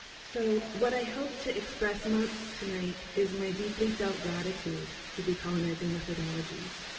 so, what i hoped to express most tonight is my deeply felt gratitude for decolonizing methodologies.